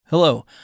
Hello